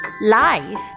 life